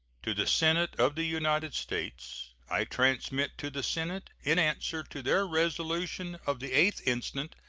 to the senate of the united states i transmit to the senate, in answer to their resolution of the eighth instant,